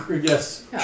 Yes